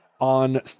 on